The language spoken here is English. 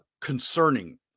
concerning